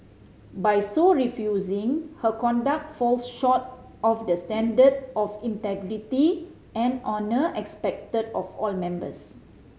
by so refusing her conduct falls short of the standard of integrity and honour expected of all members